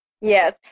Yes